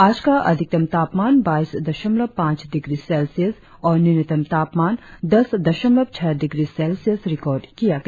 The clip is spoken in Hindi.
आज का अधिकतम तापमान बाइस दशमलव पाच डिग्री सेल्सियस और न्यूनतम तापमान दस दशमलव छह डिग्री सेल्सियस रिकार्ड किया गया